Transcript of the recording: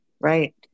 right